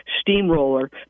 steamroller